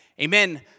Amen